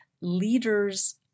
leaders